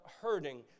hurting